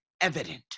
evident